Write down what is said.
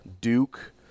Duke –